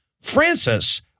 Francis